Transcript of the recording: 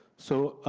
so,